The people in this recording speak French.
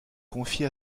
confie